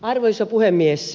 arvoisa puhemies